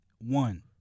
one